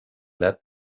led